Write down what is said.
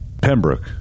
Pembroke